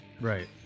right